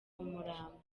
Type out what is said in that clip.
umurambo